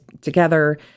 together